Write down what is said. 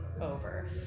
over